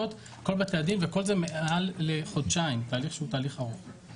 רק שהם לא עושים את זה.